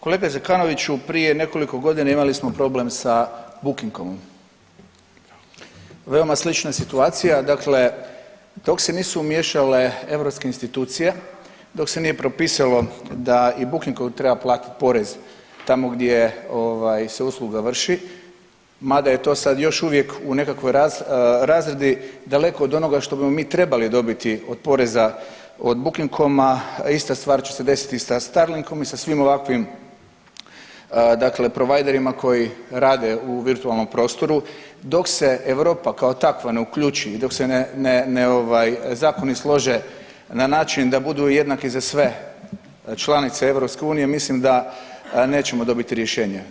Kolega Zekanoviću, prije nekoliko godina imali smo problem sa booking.comom veoma slična situacija, dakle dok se nisu umiješale europske institucije, dok se nije propisali da i booking.com treba platiti porez tamo gdje se usluga vrši, mada je to sad još uvijek u nekakvoj razradi, dakle od onoga što bi mi trebali dobiti od poreza od booking.coma, ista stvar će se desiti i sa Starlinkom i sa svim ovakvim dakle providerima koji rade u virtualnom prostoru dok se Europa kao takva ne uključi i dok se ne ovaj, zakoni slože na način da budu jednaki za sve članice EU, mislim da nećemo dobiti rješenje.